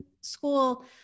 school